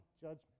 judgment